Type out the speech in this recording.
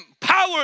power